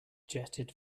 jetted